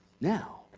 Now